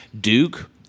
Duke